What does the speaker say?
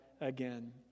again